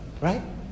right